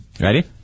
Ready